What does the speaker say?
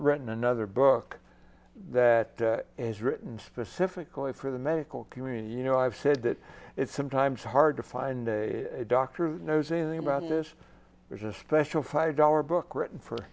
read another book that is written specifically for the medical community you know i've said that it's sometimes hard to find a doctor that knows anything about this there's a special five dollar book written for